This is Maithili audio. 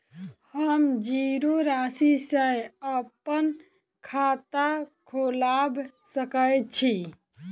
हम जीरो राशि सँ अप्पन खाता खोलबा सकै छी?